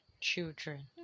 children